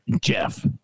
Jeff